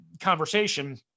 conversation